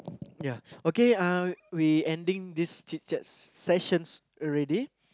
ya okay uh we ending this chit-chats sessions already